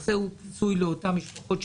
הנושא הוא פיצוי לאותן משפחות,